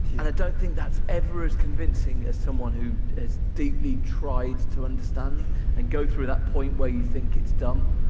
and i don't think that's ever as convincing as someone who has deeply tried to understand and go through that point where you think its dumb.